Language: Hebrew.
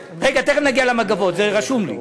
רגע, תכף נגיע למגבות, זה רשום לי.